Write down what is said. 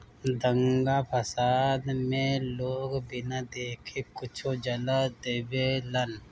दंगा फसाद मे लोग बिना देखे कुछो जला देवेलन